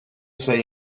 say